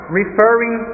referring